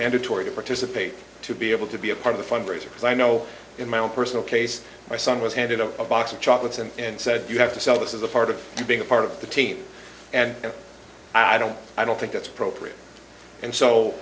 mandatory to participate to be able to be a part of the fundraisers i know in my own personal case my son was handed a box of chocolates and and said you have to sell this is a part of being a part of the team and i don't i don't think that's appropriate and so